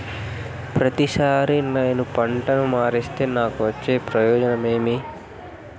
ప్రతిసారి నేను పంటను మారిస్తే నాకు వచ్చే ప్రయోజనం ఏమి?